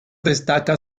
destaca